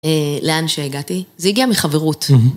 אה, לאן שהגעתי? זה הגיע מחברות.